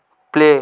play